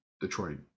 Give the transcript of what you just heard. Detroit